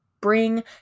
bring